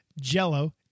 Jello